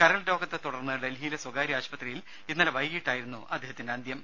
കരൾ രോഗത്തെ തുടർന്ന് ഡൽഹിയിലെ സ്വകാര്യ ആശുപത്രിയിൽ ഇന്നലെ വൈകീട്ടായിരുന്നു അദ്ദേഹത്തിന്റെ അന്ത്യം